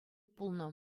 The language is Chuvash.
пулнӑ